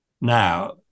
now